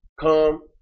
come